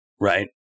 right